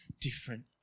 different